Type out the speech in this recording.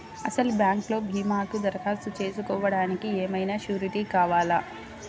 అసలు బ్యాంక్లో భీమాకు దరఖాస్తు చేసుకోవడానికి ఏమయినా సూరీటీ కావాలా?